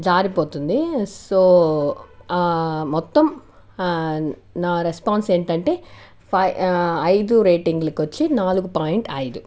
జారిపోతుంది సో మొత్తం నా రెస్పాన్స్ ఏమిటంటే ఫైవ్ ఐదు రేటింగ్లకి వచ్చి నాలుగు పాయింట్ ఐదు